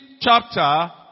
chapter